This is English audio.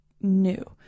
new